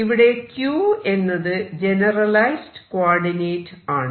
ഇവിടെ q എന്നത് generalised coordinate ആണ്